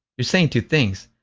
you're saying two things.